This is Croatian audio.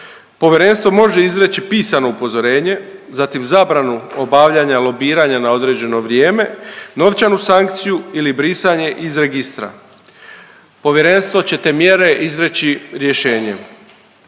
Povjerenstvo može izreći pisano upozorenje, zatim zabranu obavljanja lobiranja na određeno vrijeme, novčanu sankciju ili brisanje iz registra. Povjerenstvo će te mjere izreći rješenjem.